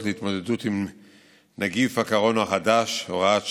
להתמודדות עם נגיף הקורונה החדש (הוראת שעה)